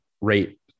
rate